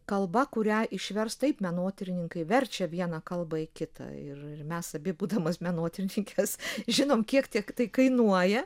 kalba kurią išverst taip menotyrininkai verčia vieną kalbą į kitą ir mes abi būdamos menotyrininkės žinom kiek tiek tai kainuoja